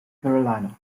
carolina